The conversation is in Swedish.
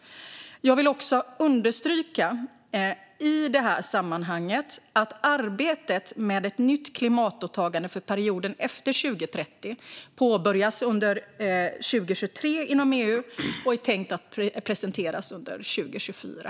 Jag vill också i det här sammanhanget understryka att arbetet med ett nytt klimatåtagande för perioden efter 2030 påbörjas under 2023 inom EU och är tänkt att presenteras under 2024.